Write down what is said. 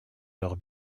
leurs